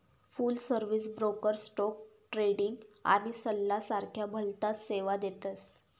फुल service broker stock trading आणि सल्ला सारख्या भलताच सेवा देतस